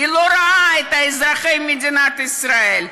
היא לא רואה את אזרחי מדינת ישראל.